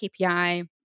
KPI